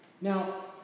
Now